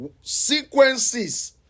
sequences